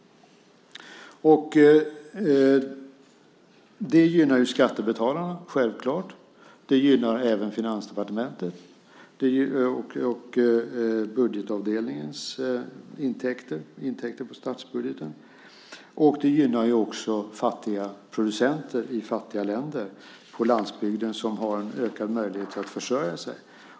Det gynnar skattebetalarna, självklart. Det gynnar även Finansdepartementet och budgetavdelningen i form av intäkter till statsbudgeten. Det gynnar också fattiga producenter på landsbygden i fattiga länder, som får en ökad möjlighet att försörja sig.